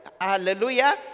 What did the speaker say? hallelujah